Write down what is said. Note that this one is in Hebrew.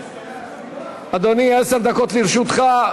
אדוני, עשר דקות לרשותך.